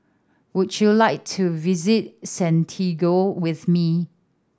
would you like to visit Santiago with me